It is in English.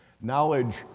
Knowledge